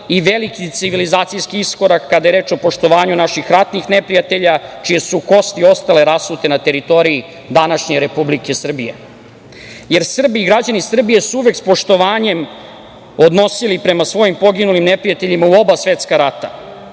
i veliki civilizacijski iskorak kada je reč o poštovanju naših ratnih neprijatelja čije su kosti ostale rasute na teritoriji današnje Republike Srbije, jer građani Srbije su se uvek sa poštovanje odnosili prema svojim poginulim neprijateljima u oba svetska